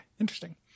interesting